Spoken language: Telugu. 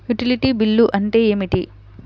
యుటిలిటీ బిల్లు అంటే ఏమిటి?